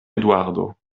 eduardo